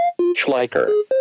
schleicher